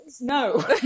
no